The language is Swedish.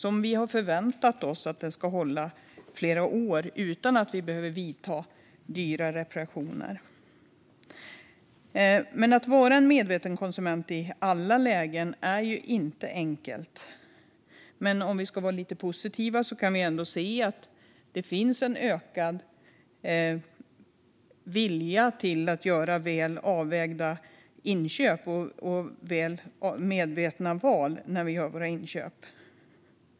Vi har kanske förväntat oss att det skulle hålla flera år utan att vi skulle behöva göra dyra reparationer. Att vara en medveten konsument är inte enkelt i alla lägen. Men om vi ska vara lite positiva kan vi ändå se att det finns en ökad vilja att göra medvetna val och väl avvägda köp.